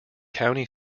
county